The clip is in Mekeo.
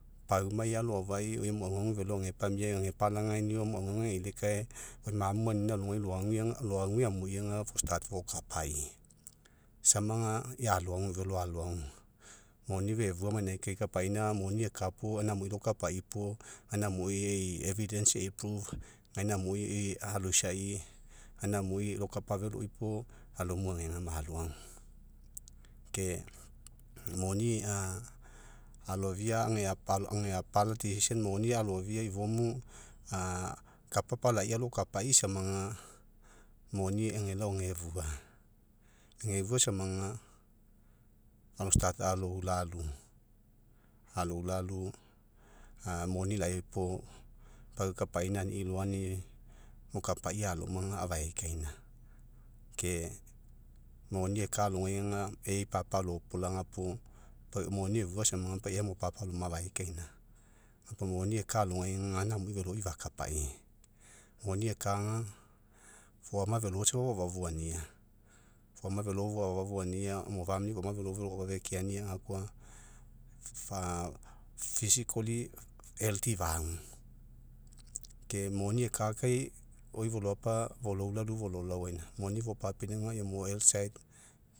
Paumai alo afai, emu aguagu velo age pamia, age palagainio, amo ageilikae. Mamu maunina alogai loague amui, fo fokapai, samaga aloagu velo aloagu. Moni fefua maganinagai, kai kapaina, moni eka puo, gaina amui lakapai puo, gaina amui, ei ei gainai amui aloisai, egaina amui lokapaveloi puo, alomu agegama aloagu. Ke moni aloafia age apala moni alofia, ifomu a, kapa apalai alokapai samaga, moni alelao, agefua. Age fua samaga, alo aloulalu, aloulalu, moni lai puo, pau kapaina ani'i, mokapai alomaga, afaekaina. Ke moni eka alogai ga, ea ipapa alopolaga puo, pau moni efua sama, pau ea mopapa aloma afaekaina. Moni eka alogai gaina amui veloi fakapai. Moni eka ga, foama velo safa foafa foania, foama velo foafa, foania. Amo foama velo foafa fekeania, gakoa fagu. Ke moni eka kai, oi foloapa fololau, fololaoaina, moni fopapinauga, emu